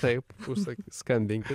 taip užsak skambinkit